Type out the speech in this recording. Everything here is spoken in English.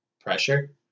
pressure